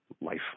life